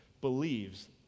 believes